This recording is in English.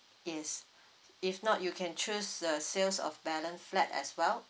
yes if not you can choose the sales of balance flat as well